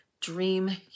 dream